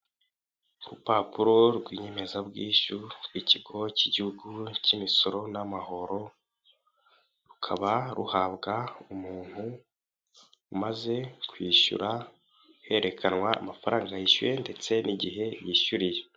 Urupapuro rw'iyemezabwishyu rw'ikigo cy'igihugu cy'imisoro n'amahoro rukaba ruhabwa umuntu umaze kwishyura herekanwa amafaranga yishyuye ndetse n'igihe yishyuriye.